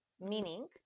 meaning